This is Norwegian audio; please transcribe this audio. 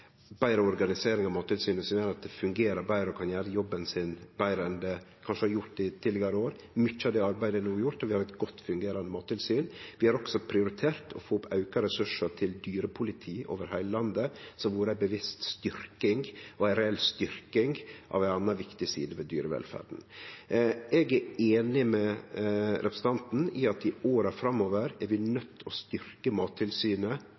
betre organisering av Mattilsynet, som gjer at det fungerer betre og kan gjere jobben sin betre enn det kanskje har gjort i tidlegare år. Mykje av det arbeidet er no gjort, og vi har eit godt fungerande mattilsyn. Vi har også prioritert å få auka ressursar til dyrepoliti over heile landet, som har vore ei bevisst og reell styrking av ei anna viktig side ved dyrevelferden. Eg er einig med representanten i at vi i åra framover er nøydde til å styrkje Mattilsynet